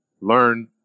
learn